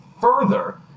further